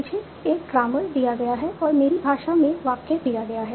मुझे एक ग्रामर दिया गया है और मेरी भाषा में वाक्य दिया गया है